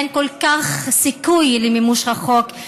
אין כל כך סיכוי למימוש החוק,